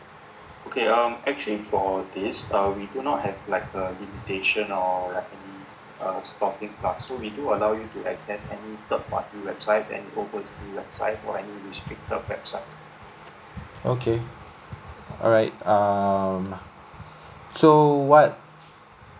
okay alright um so what